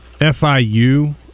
FIU